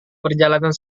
perjalanan